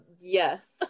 Yes